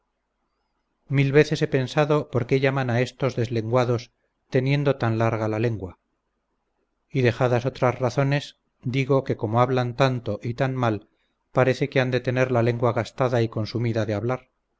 mil veces he pensado por qué llaman a estos deslenguados teniendo tan larga la lengua y dejadas otras razones digo que como hablan tanto y tan mal parece que han de tener la lengua gastada y consumida de hablar